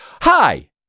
Hi